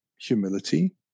humility